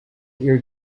your